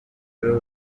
bitatu